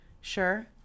sure